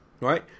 right